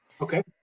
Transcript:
Okay